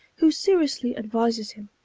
who seriously advises him,